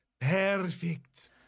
Perfect